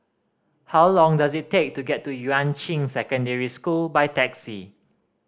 how long does it take to get to Yuan Ching Secondary School by taxi